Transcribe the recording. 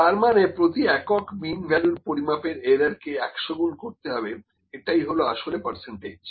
তারমানে প্রতি একক মিন ভ্যালুর পরিমাপের এরার কে একশো গুণ করতে হবে এটাই হলো আসলে পার্সেন্টেজ